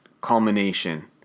culmination